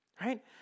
right